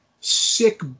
sick